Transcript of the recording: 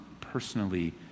personally